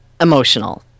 emotional